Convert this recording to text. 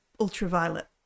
Ultraviolet